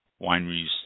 wineries